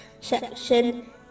section